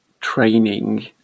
training